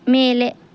ಮೇಲೆ